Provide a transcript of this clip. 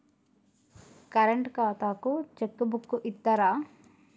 Current ఖాతాకు cheque book ఇత్తరా?